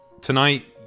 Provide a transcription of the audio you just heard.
tonight